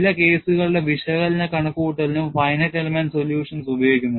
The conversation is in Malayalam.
ചില കേസുകളുടെ വിശകലന കണക്കുകൂട്ടലിനും finite element solutions ഉപയോഗിക്കുന്നു